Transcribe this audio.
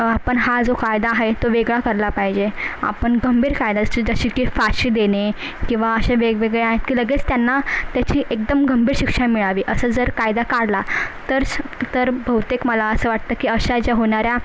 आपण हा जो कायदा आहे तो वेगळा केला पाहिजे आपण गंभीर कायदा जसे की फाशी देणे किवा असे वेगवेगळे आहेत की लगेच त्यांना त्याची एकदम गंभीर शिक्षा मिळावी असं जर कायदा काढला तर स तर बहुतेक मला असं वाटतं की अशा ज्या होणाऱ्या